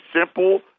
simple